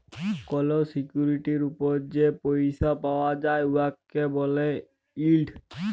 call সিকিউরিটির উপর যে পইসা পাউয়া যায় উয়াকে ব্যলে ইল্ড